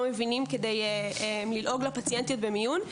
מבינים כדי ללעוג לפציינטיות במיון.